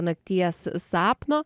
nakties sapno